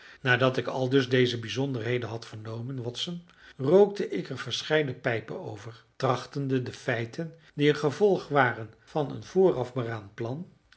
nadat ik aldus deze bijzonderheden had vernomen watson rookte ik er verscheiden pijpen over trachtende de feiten die een gevolg waren van een vooraf beraamd plan